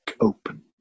open